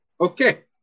Okay